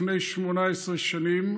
לפני 18 שנים,